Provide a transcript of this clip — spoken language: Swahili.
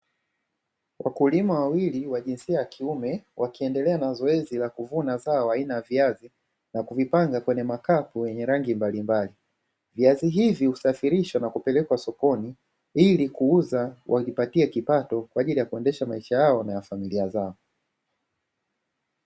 Wakulima wawili wa jinsia ya kiume, wakiendelea na zoezi la kuvuna zao aina ya viazi na kuvipanga kwenye makapu yenye rangi mbalimbali. Viazi hivi usafirishwa na kupelekwa sokoni ili kuuza, wajipatie kipato kwa ajili ya kuendesha maisha yao na ya familia zao.